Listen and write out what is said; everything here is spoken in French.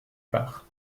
part